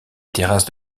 terrasses